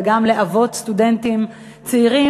וגם לאבות סטודנטים צעירים,